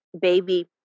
baby